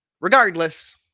Regardless